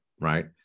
right